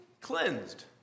cleansed